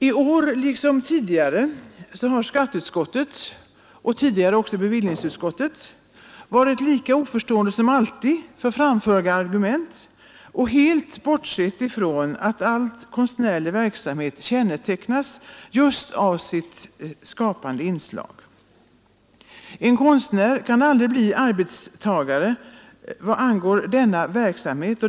Skatteutskottet har i år — liksom tidigare även bevillningsutskottet — varit lika oförstående som alltid för framförda argument och helt bortsett från att all konstnärlig verksamhet kännetecknas av sitt skapande inslag. En konstnär kan aldrig bli arbetstagare när det gäller denna skapande verksamhet.